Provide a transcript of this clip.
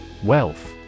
Wealth